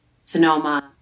Sonoma